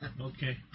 okay